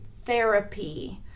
therapy